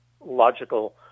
logical